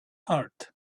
heart